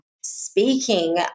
speaking